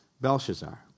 Belshazzar